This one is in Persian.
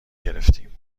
گرفتیم